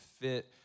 fit